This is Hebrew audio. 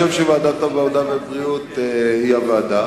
אני חושב שוועדת העבודה והבריאות היא הוועדה.